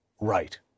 right